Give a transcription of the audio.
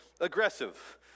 aggressive